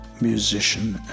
musician